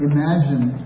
Imagine